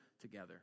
together